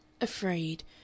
afraid